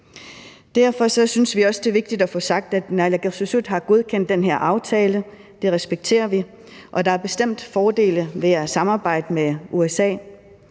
Derfor synes vi også, det er vigtigt at få sagt, at naalakkersuisut har godkendt den her aftale. Det respekterer vi, og der er bestemt fordele ved at samarbejde med USA,